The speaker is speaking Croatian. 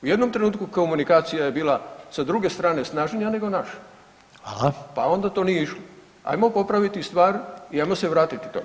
U jednom trenutku komunikacija je bila sa druge strane snažnija nego naša, pa onda to nije išlo [[Upadica Reiner: Hvala.]] Hajmo popraviti stvar i hajmo se vratiti tome.